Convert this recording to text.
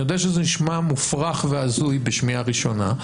אני יודע שזה מופרך והזוי בשמיעה ראשונה,